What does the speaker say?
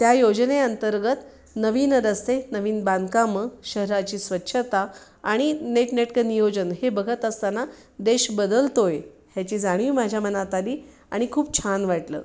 त्या योजनेअंतर्गत नवीन रस्ते नवीन बांधकामं शहराची स्वच्छता आणि नेटनेटकं नियोजन हे बघत असताना देश बदलतो आहे ह्याची जाणीव माझ्या मनात आली आणि खूप छान वाटलं